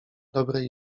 dobrej